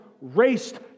raced